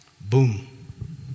boom